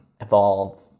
evolve